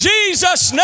Jesus